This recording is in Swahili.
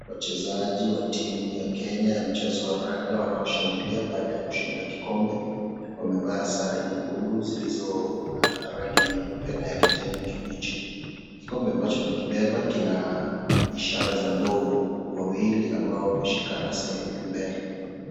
Wachezaji wa timu ya kenya ya mchezo wa raga wanaoshangilia baada ya kushinda kikombe wamevaa sare nyekundu zilizo na rangi nyeupe na ya kijani kibichi kikombe ambachowamekibeba kina ishara za ndovu wawili waneshikana sehemu ya mbele.